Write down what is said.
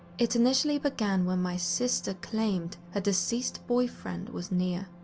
it initially began when my sister claimed her deceased boyfriend was near.